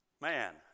man